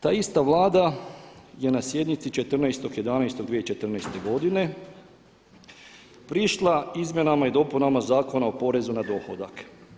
Ta ista Vlada je na sjednici 14.11.2014. godine prišla izmjenama i dopunama Zakona o porezu na dohodak.